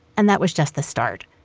and that was just the start.